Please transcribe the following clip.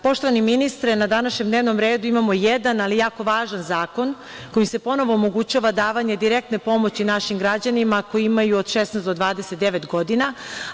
Poštovani ministre, na današnjem dnevnom redu imamo jedan, ali jako važan zakon koji se ponovo omogućava davanje direktne pomoći našim građanima koji imaju od 16 do 29 godina.